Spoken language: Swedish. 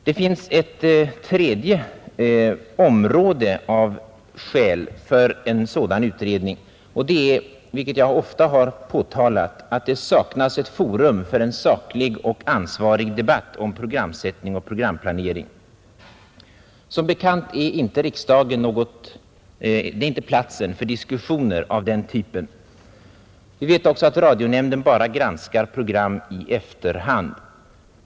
Det finns ett tredje skäl för en sådan utredning och det är — vilket jag ofta har påtalat — att det saknas ett forum för en saklig och ansvarig debatt om programsättning och programplanering. Som bekant är riksdagen inte platsen för diskussioner av den typen. Vi vet också att radionämnden bara granskar program i efterhand.